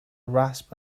rasp